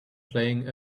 playing